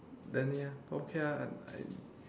then ya okay lah